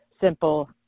simple